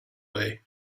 way